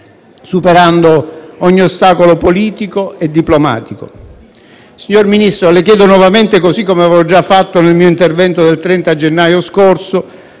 superando ogni ostacolo politico e diplomatico. Signor Ministro, le chiedo nuovamente, così come avevo già fatto nel mio intervento del 30 gennaio scorso,